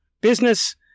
business